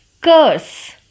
curse